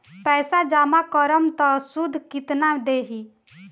पैसा जमा करम त शुध कितना देही?